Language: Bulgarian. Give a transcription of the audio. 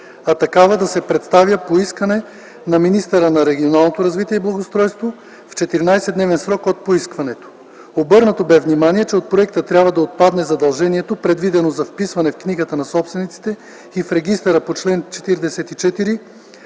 а такава да се представи по искане на министъра на регионалното развитие и благоустройството в 14-дневен срок от поискването. Обърнато бе внимание, че от проекта трябва да отпадне задължението, предвидено за вписване в книгата на собствениците и в регистъра по чл. 44